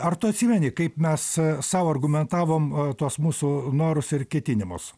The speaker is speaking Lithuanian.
ar tu atsimeni kaip mes sau argumentavom tuos mūsų norus ir ketinimus